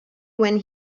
when